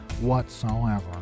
whatsoever